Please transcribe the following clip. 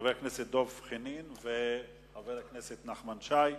חבר הכנסת דב חנין וחבר הכנסת נחמן שי,